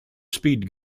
speed